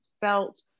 felt